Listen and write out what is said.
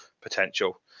potential